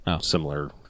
similar